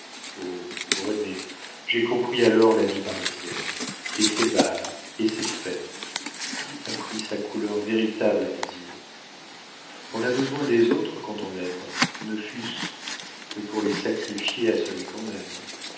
renée j'ai compris alors la vie parisienne et ses bals et ses fêtes tout a pris sa couleur véritable à mes yeux on a besoin des autres quand on aime ne fût-ce que pour les sacrifier à celui qu'on aime